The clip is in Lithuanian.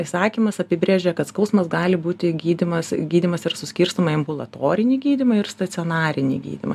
įsakymas apibrėžia kad skausmas gali būti gydymas gydymas ir suskirstoma į ambulatorinį gydymą ir stacionarinį gydymą